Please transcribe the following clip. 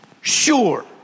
sure